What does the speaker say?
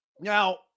Now